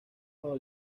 bajo